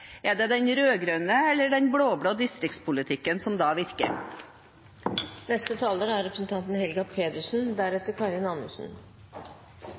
Er det den rød-grønne eller den blå-blå distriktspolitikken som da